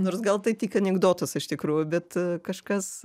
nors gal tai tik anekdotas iš tikrųjų bet kažkas